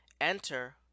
Enter